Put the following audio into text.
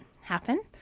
happen